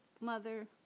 Mother